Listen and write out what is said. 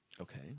Okay